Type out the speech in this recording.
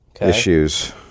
issues